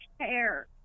care